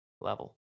level